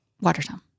Watertown